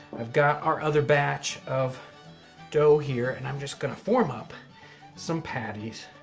i've got our other batch of dough here and i'm just going to form up some patties,